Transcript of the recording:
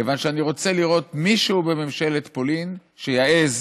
כיוון שאני רוצה לראות מישהו בממשלת פולין שיעז